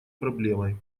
проблемой